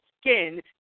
skin